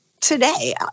today